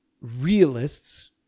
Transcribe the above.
realists